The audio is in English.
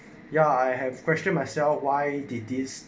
ya I have question myself why did this